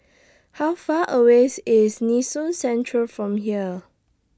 How Far away IS Nee Soon Central from here